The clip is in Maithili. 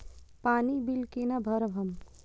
पानी बील केना भरब हम?